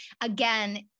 again